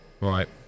right